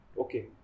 okay